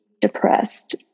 depressed